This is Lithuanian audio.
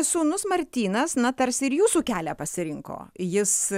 sūnus martynas na tarsi ir jūsų kelią pasirinko jis